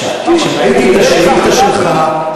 כשראיתי את השאילתה שלך,